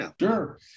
Sure